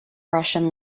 russian